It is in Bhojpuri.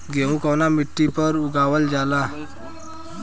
गेहूं कवना मिट्टी पर उगावल जाला?